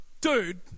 Dude